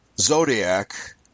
zodiac